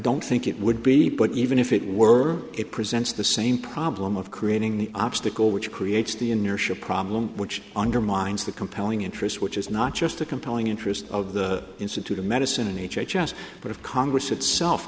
don't think it would be put even if it were it presents the same problem of creating the obstacle which creates the inertia problem which undermines the compelling interest which is not just a compelling interest of the institute of medicine and h h s but of congress itself